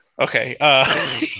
Okay